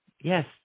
Yes